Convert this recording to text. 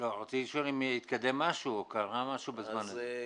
רציתי לשאול אם התקדם משהו, קרה משהו בזמן הזה.